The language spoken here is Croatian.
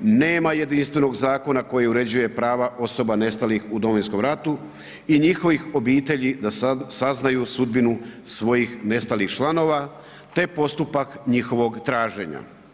nema jedinstvenog zakona koji uređuje prava osoba nestalih u Domovinskom ratu i njihovih obitelji da saznaju sudbinu svojih nestalih članova te postupak njihovog traženja.